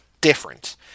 different